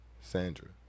Sandra